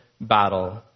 battle